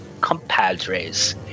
compadres